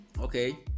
Okay